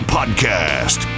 Podcast